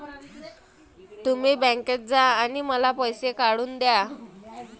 तुम्ही बँकेत जा आणि मला पैसे काढून दया